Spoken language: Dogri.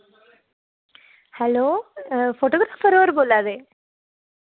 हैल्लो फोटोग्राफर होर बोल्ला दे